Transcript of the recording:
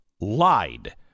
lied